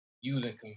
using